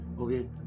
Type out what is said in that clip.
okay